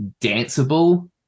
danceable